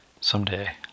someday